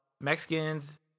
Mexicans